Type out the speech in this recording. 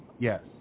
Yes